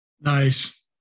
Nice